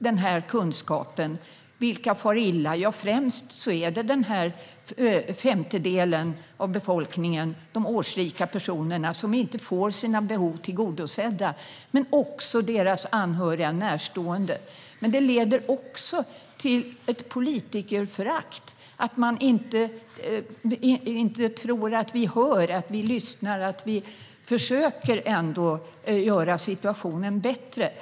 Vilka far illa när vi inte för ut kunskapen? Främst är det den femtedel av befolkningen, de årsrika personerna, som inte får sina behov tillgodosedda. Det gäller också deras anhöriga och närstående. Det här leder också till ett politikerförakt, att vi i det här huset inte skulle lyssna eller försöka göra situationen bättre.